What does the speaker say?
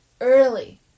early